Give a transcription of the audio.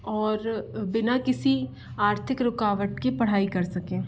और बिना किसी आर्थिक रुकावट के पढ़ाई कर सकें